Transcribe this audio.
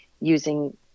using